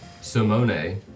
Simone